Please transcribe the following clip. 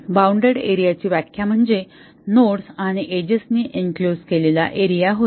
bounded एरियाची व्याख्या म्हणजे नोड्स आणि एजेस नी एन्क्लोझ केलेला एरिया होय